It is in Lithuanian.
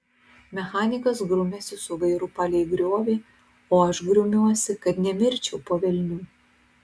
mechanikas grumiasi su vairu palei griovį o aš grumiuosi kad nemirčiau po velnių